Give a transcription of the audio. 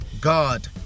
God